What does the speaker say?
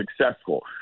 successful